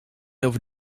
over